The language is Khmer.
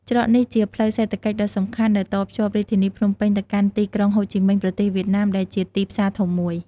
ច្រកនេះជា ផ្លូវសេដ្ឋកិច្ចដ៏សំខាន់ ដែលតភ្ជាប់រាជធានីភ្នំពេញទៅកាន់ទីក្រុងហូជីមិញ ប្រទេសវៀតណាម ដែលជាទីផ្សារធំមួយ។